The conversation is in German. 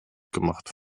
gemacht